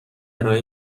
ارائه